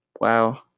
Wow